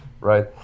Right